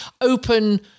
open